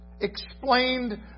explained